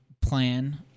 plan